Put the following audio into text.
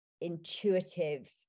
intuitive